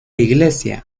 iglesia